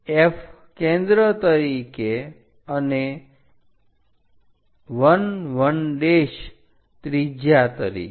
F કેન્દ્ર તરીકે અને 1 1 ત્રિજ્યા તરીકે